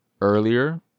earlier